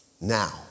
now